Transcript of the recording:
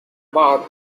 bath